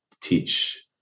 teach